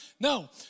no